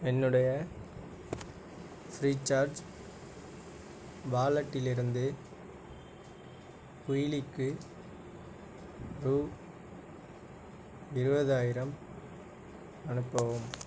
என்னுடைய Freecharge வாலட்டில் இருந்து குயிலிக்கு ரூபா இருபதாயிரம் அனுப்பவும்